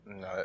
No